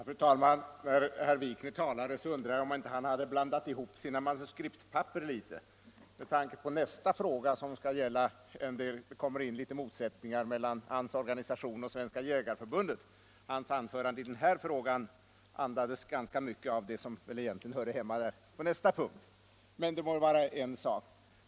Fru talman! När herr Wikner talade undrade jag om han inte blandat ihop sina manuskriptpapper litet, med tanke på nästa fråga där det kommer in en del motsättningar mellan hans organisation och Svenska jägareförbundet. Hans anförande i den här frågan andades ganska mycket av vad som egentligen hörde hemma under nästa punkt. Men det må vara en sak.